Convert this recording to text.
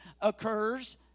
occurs